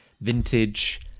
vintage